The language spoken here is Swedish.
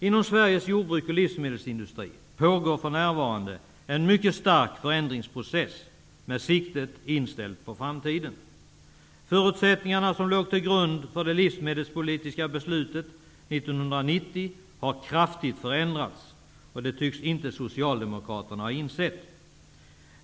Inom Sveriges jordbruk och livsmedelsindustri pågår för närvarande en mycket stark förändringsprocess, med siktet inställt på framtiden. De förutsättningar som låg till grund för det livsmedelspolitiska beslutet 1990 har kraftigt förändrats, men det tycks Socialdemokraterna inte ha insett.